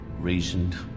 reasoned